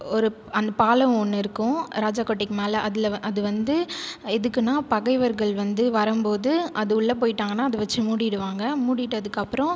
ஒரு பாலம் ஒன்று இருக்கும் ராஜா கோட்டைக்கு மேலே அதில் அது வந்து எதுக்குன்னால் பகைவர்கள் வந்து வரும்போது அது உள்ளே போய்விட்டாங்கன்னா அதை வச்சு மூடிவிடுவாங்க மூடிடதுக்கப்புறம்